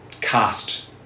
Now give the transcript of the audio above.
cast